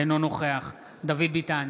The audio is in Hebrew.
אינו נוכח דוד ביטן,